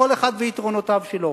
כל אחד ויתרונותיו שלו.